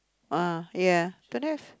ah ya don't have